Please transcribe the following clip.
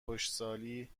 خشکسالی